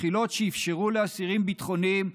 מחילות שאפשרו לאסירים ביטחוניים,